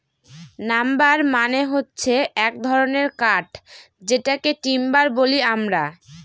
number মানে হচ্ছে এক ধরনের কাঠ যেটাকে টিম্বার বলি আমরা